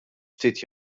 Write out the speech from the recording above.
ftit